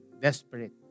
desperate